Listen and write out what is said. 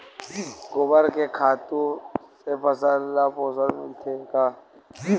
गोबर के खातु से फसल ल पोषण मिलथे का?